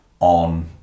on